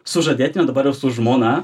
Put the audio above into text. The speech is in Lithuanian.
sužadėtine dabar su žmona